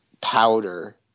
Powder